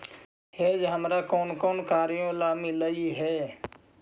hedge हमारा कौन कौन कार्यों ला मिलई हे